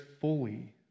fully